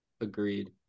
Agreed